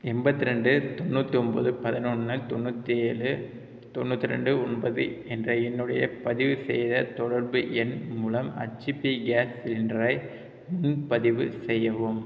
எண்பத்தி ரெண்டு தொண்ணூற்றி ஒம்போது பதினொன்று தொண்ணூற்றி ஏழு தொண்ணூற்றி ரெண்டு ஒன்பது என்ற என்னுடைய பதிவு செய்த தொடர்பு எண் மூலம் ஹெச்பி கேஸ் சிலிண்டரை முன்பதிவு செய்யவும்